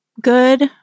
good